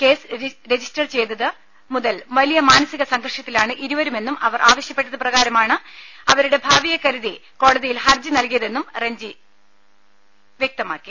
case register ചെയ്തത് മുതൽ വലിയ മാനസിക സംഘർഷത്തിലാണ് ഇരുവരുമെന്നും അവർ ആവശ്യപ്പെട്ടത് പ്രകാരം അവരുടെ ഭാവിയെ കരുതിയാണ് കോടതിയിൽ ഹർജി നല്കിയതെന്നും റെഞ്ചി തോമസ് വ്യക്തമാക്കി